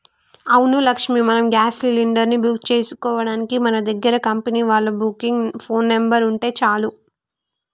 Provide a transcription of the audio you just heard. అవును లక్ష్మి మనం gas cylinder ని బుక్ చేసుకోవడానికి మన దగ్గర కంపెనీ వాళ్ళ బుకింగ్ ఫోన్ నెంబర్ ఉంటే చాలు